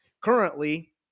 currently